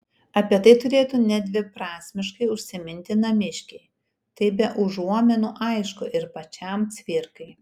apie tai turėtų nedviprasmiškai užsiminti namiškiai tai be užuominų aišku ir pačiam cvirkai